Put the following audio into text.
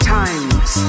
times